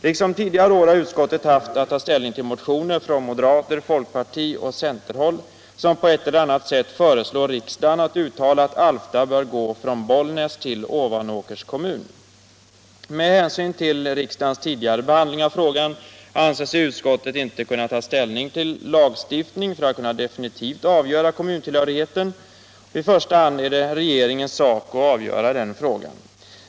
Liksom tidigare år har utskottet haft att ta ställning till motioner från moderater, folkpartister och centerpartister, som på ett eller annat sätt föreslår riksdagen att uttala att Alfta bör gå från Bollnäs till Ovanåkers kommun. Med hänsyn till riksdagens tidigare behandling av frågan anser sig utskottet inte kunna ta till lagstiftning för att definitivt avgöra kommuntillhörigheten. I första hand är det regeringens sak att avgöra den frågan.